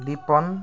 Dipan